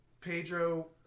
Pedro